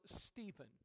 Stephen